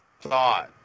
thought